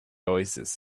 oasis